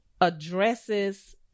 addresses